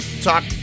talk